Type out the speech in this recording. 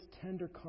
tender